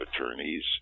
attorneys